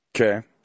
Okay